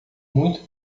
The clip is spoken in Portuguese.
muito